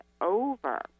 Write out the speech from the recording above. over